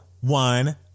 one